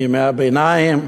מימי הביניים,